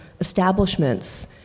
establishments